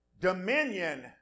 dominion